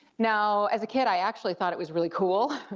now, as a kid i actually thought it was really cool,